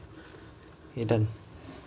K done